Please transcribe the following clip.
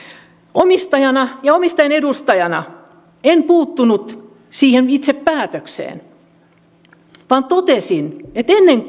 omistajana ja omistajan edustajana en puuttunut siihen itse päätökseen vaan totesin että ennen